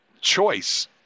Choice